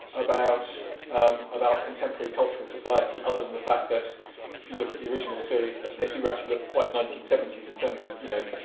about contemporary um about contemporary culture and society other than the fact that if you look at the original series that they do actually look quite nineteen seventy s in terms of you know